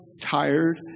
tired